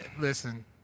listen